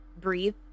breathe